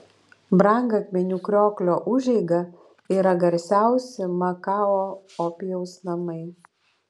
brangakmenių krioklio užeiga yra garsiausi makao opijaus namai